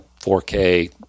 4K